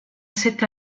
cette